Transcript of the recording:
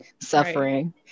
suffering